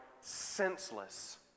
senseless